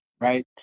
right